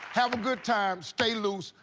have a good time, stay loose,